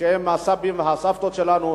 שהם הסבים והסבתות שלנו,